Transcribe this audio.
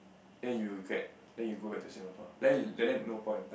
then you regret then you go back to Singapore like that like that no point